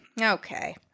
Okay